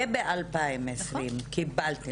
וב-2020 קיבלתם.